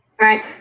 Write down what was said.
right